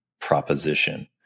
proposition